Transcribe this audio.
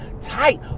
tight